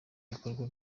ibikorwa